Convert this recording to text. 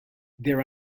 there